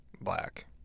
black